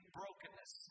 brokenness